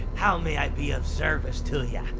how may i be of service to ya?